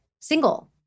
single